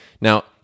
Now